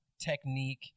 technique